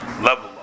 level